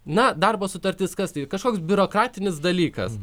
na darbo sutartis kas tai kažkoks biurokratinis dalykas